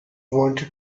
wanted